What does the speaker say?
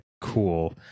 cool